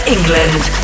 England